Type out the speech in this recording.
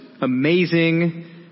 amazing